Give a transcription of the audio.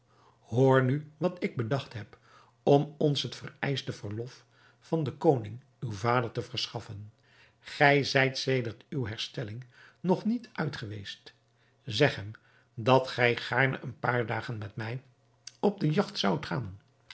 hoor nu wat ik bedacht heb om ons het vereischte verlof van den koning uw vader te verschaffen gij zijt sedert uwe herstelling nog niet uit geweest zeg hem dat gij gaarne een paar dagen met mij op de jagt zoudt gaan